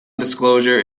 disclosure